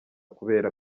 kubera